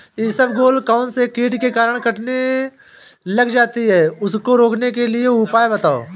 इसबगोल कौनसे कीट के कारण कटने लग जाती है उसको रोकने के उपाय बताओ?